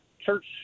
church